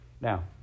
Now